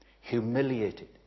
humiliated